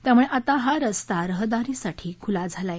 त्यामुळे आता हा रस्ता रहदारीसाठी खुला झाला आहे